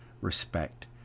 respect